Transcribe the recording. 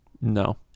no